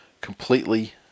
completely